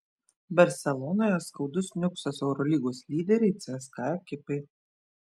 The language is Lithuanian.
barselonoje skaudus niuksas eurolygos lyderei cska ekipai